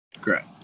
Correct